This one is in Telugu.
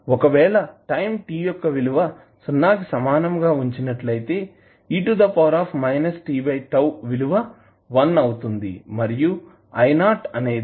ఒకవేళ టైం t యొక్క విలువను 0 కి సమానంగా ఉంచినట్లయితే e tτ విలువ 1 అవుతుంది మరియు అనేది మాత్రమే